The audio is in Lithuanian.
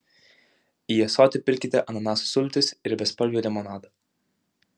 į ąsotį pilkite ananasų sultis ir bespalvį limonadą